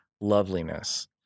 loveliness